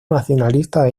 nacionalista